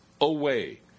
away